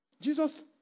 Jesus